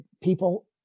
people